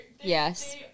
yes